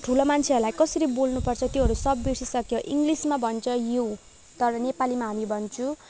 ठुलो मान्छेहरूलाई कसरी बोल्नु पर्छ त्योहरू सब बिर्सिसक्यो इङ्ग्लिसमा भन्छ यू तर नेपालीमा हामी भन्छौँ